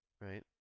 right